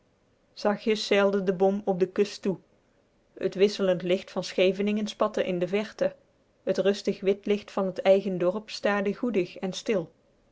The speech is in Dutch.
zachtjes zeilde de bom op de kust toe het wisselend licht van scheveningen spatte in de verte het rustig wit licht van t eigen dorp staarde goedig en stil